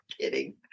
Kidding